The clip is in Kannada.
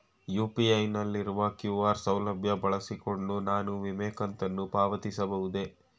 ಯು.ಪಿ.ಐ ನಲ್ಲಿರುವ ಕ್ಯೂ.ಆರ್ ಸೌಲಭ್ಯ ಬಳಸಿಕೊಂಡು ನಾನು ವಿಮೆ ಕಂತನ್ನು ಪಾವತಿಸಬಹುದೇ?